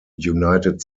united